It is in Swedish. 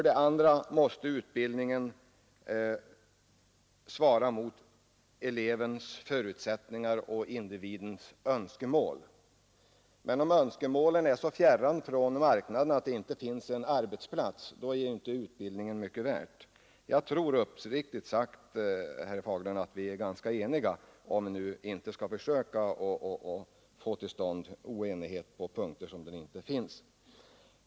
Vidare måste utbildningen svara mot elevens förutsättningar och individens önskemål. Men om önskemålen är så fjärran från arbetsmarknadens behov att det inte finns en arbetsplats, är inte utbildningen mycket värd. Jag tror uppriktigt sagt, herr Fagerlund, att vi är ganska eniga, om vi nu inte skall försöka få till stånd oenighet på punkter där den inte finns.